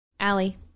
Allie